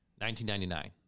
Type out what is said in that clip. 1999